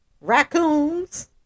raccoons